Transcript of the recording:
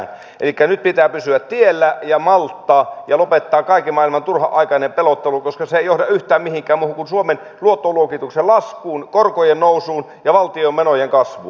elikkä nyt pitää pysyä tiellä ja malttaa ja lopettaa kaiken maailman turhanaikainen pelottelu koska se ei johda yhtään mihinkään muuhun kuin suomen luottoluokituksen laskuun korkojen nousuun ja valtion menojen kasvuun